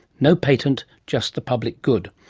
no patent, just the public good.